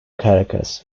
caracas